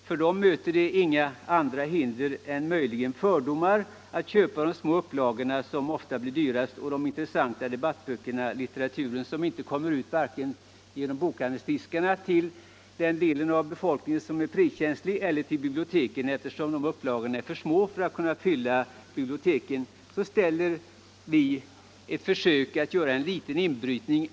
För dem möter det inga andra hinder än möjligen fördomar att köpa av de små upplagorna, som ofta blir dyrast, och de intressanta debattböckerna, som inte kommer ut vare sig över bokhandelsdiskarna till den del av befolkningen som är priskänslig eller till biblioteken, eftersom upplagorna är för små för att kunna räcka till biblioteken. Mot denna marknad ställer vi ett försök att göra en liten inbrytning.